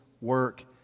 work